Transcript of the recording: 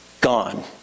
Gone